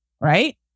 right